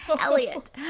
Elliot